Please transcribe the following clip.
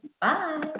Bye